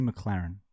McLaren